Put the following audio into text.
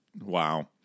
Wow